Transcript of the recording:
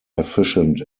efficient